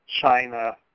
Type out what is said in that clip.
China